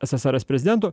ssrs prezidentu